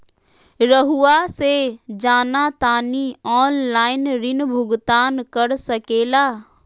रहुआ से जाना तानी ऑनलाइन ऋण भुगतान कर सके ला?